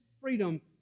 freedom